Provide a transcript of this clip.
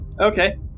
Okay